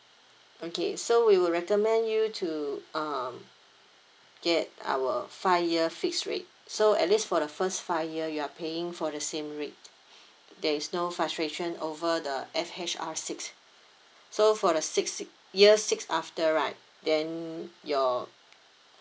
okay so we would recommend you to um get our five year fixed rate so at least for the first five year you are paying for the same rate there is no fluctuation over the F_H_R six so for the six six year six after right then your